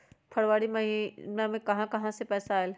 फरवरी महिना मे कहा कहा से पैसा आएल?